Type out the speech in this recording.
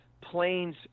Planes